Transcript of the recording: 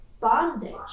bondage